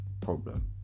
problem